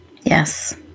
Yes